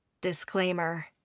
Disclaimer